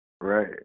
Right